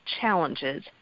challenges